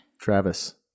Travis